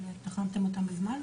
תחמתם אותם בזמן?